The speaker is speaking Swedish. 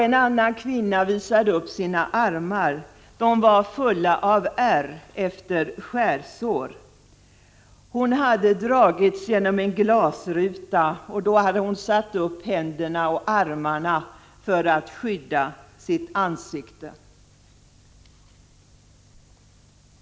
En annan kvinna visade upp sina armar — de var fulla av ärr efter skärsår. Hon hade dragits genom en glasruta och då satt upp händerna och armarna för att skydda sitt ansikte.